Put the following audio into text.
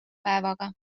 päevaga